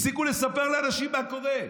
הפסיקו לספר לאנשים מה קורה.